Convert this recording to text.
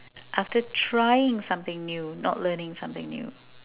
after trying something new not learning something new